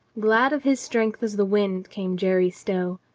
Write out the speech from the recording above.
glad of his strength as the wind came jerry stow.